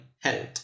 health